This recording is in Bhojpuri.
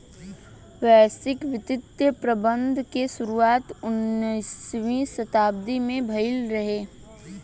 वैश्विक वित्तीय प्रबंधन के शुरुआत उन्नीसवीं शताब्दी में भईल रहे